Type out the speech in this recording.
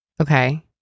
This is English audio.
Okay